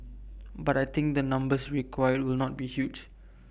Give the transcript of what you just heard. but I think the numbers required will not be huge